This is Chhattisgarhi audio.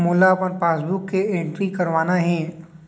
मोला अपन पासबुक म एंट्री करवाना हे?